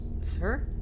Sir